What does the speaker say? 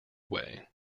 away